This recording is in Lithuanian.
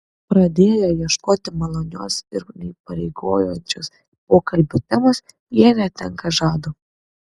pradėję ieškoti malonios ir neįpareigojančios pokalbio temos jie netenka žado